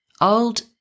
old